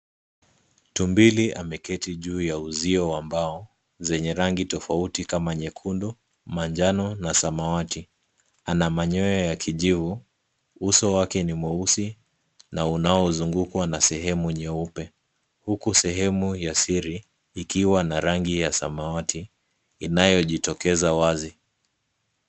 Tumbili ameketi juu ya uzio wa mbao zenye rangi tofauti kama nyekundu, manjano na samawati. Ana manyoya ya kijivu, uso wake ni mweusi na unaozungukwa na sehemu nyeupe, huku sehemu ya siri ikiwa na rangi ya samawati inayojitokeza wazi.